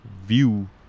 view